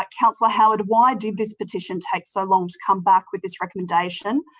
like councillor howard, why did this petition take so long to come back with this recommendation?